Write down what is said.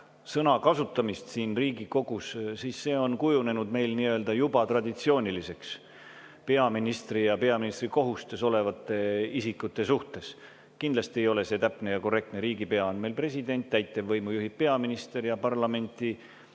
sõna kasutamist siin Riigikogus, siis see on kujunenud meil juba traditsiooniks peaministri ja peaministri kohustes olevate isikute puhul. Kindlasti ei ole see täpne ja korrektne – riigipea on meil president, täitevvõimu juhib peaminister ja parlamendi